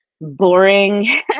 boring